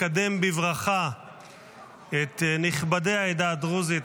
מקדם בברכה את נכבדי העדה הדרוזית,